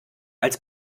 als